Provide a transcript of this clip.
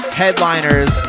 headliners